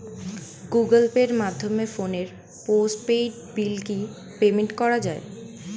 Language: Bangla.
গুগোল পের মাধ্যমে ফোনের পোষ্টপেইড বিল কি পেমেন্ট করা যায়?